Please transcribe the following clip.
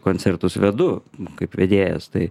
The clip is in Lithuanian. koncertus vedu kaip vedėjas tai